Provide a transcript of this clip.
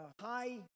high